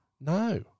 No